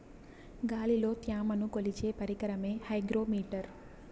గాలిలో త్యమను కొలిచే పరికరమే హైగ్రో మిటర్